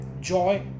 joy